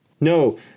No